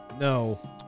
No